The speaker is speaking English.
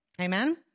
Amen